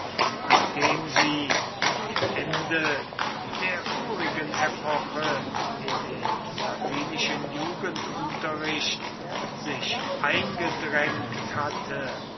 nachdem sie am ende der vorigen epoche in den latinischen jugendunterricht sich eingedrängt hatte